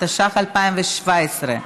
התשע"ח 2017,